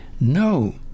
No